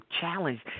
challenged